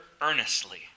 earnestly